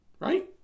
Right